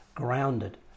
grounded